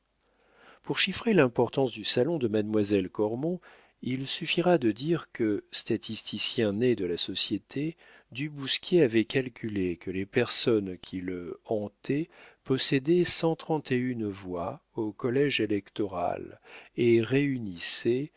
pour chiffrer l'importance du salon de mademoiselle cormon il suffira de dire que statisticien né de la société du bousquier avait calculé que les personnes qui le hantaient possédaient cent trente et une voix au collége électoral et réunissaient